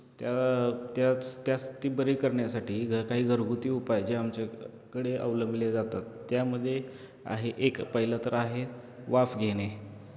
त्या त्याच त्याच ती बरी करण्यासाठी घ काही घरगुती उपाय जे आमच्याकडे अवलंबले जातात त्यामध्ये आहे एक पहिलं तर आहे वाफ घेणे